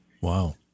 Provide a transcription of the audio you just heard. Wow